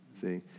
see